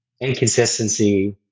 inconsistency